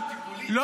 מה זה השטויות האלה?